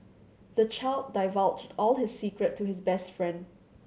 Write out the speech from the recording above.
the child divulged all his secret to his best friend